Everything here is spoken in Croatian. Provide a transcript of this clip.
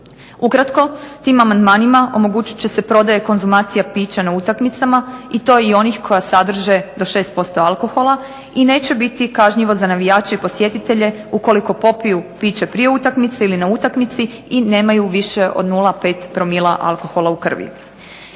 Ukratko tim amandmanima omogućit će se prodaja i konzumacija pića na utakmicama, i to i onih koja sadrže do 6% alkohola, i neće biti kažnjivo za navijače i posjetitelje ukoliko popiju piće prije utakmice, ili na utakmici i nemaju više od 0,5 promila alkohola u krvi.